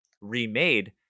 remade